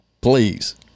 Please